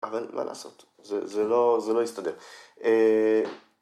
אבל מה לעשות? זה לא יסתדר.